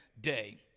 day